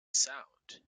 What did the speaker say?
sound